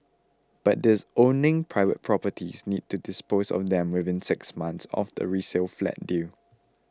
but these owning private properties need to dispose of them within six months of the resale flat deal